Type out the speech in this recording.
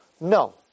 No